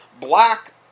black